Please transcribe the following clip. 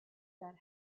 that